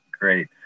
great